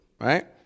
right